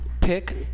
pick